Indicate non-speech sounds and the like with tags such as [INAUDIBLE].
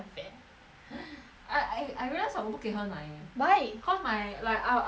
[BREATH] I I I realise 我不可以喝奶 leh why cause my like I I I will breakout